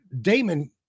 Damon